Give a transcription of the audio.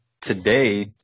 Today